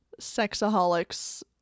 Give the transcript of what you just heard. sexaholics